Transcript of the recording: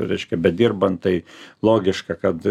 reiškia bedirbant tai logiška kad